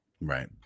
Right